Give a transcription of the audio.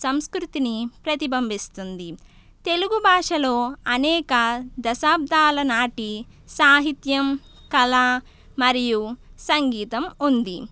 సంసృతిని ప్రతిబింబిస్తుంది తెలుగుభాషలో అనేక దశాబ్దాలనాటి సాహిత్యం కళ మరియు సంగీతం ఉంది